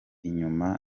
inyuma